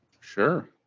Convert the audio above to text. Sure